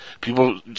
People